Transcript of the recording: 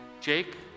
Jake